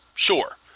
Sure